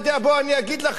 כל יום של מלחמה,